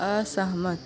असहमत